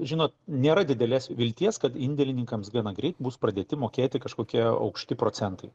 žinot nėra didelės vilties kad indėlininkams gana greit bus pradėti mokėti kažkokie aukšti procentai